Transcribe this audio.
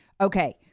okay